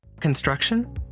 construction